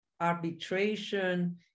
arbitration